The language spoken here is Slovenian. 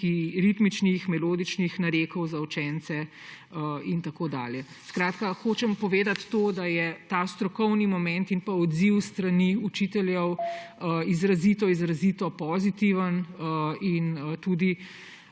ritmičnih in melodičnih narekov za učence in tako dalje. Hočem povedati to, da je ta strokovni moment in odziv s strani učiteljev izrazito izrazito pozitiven in tudi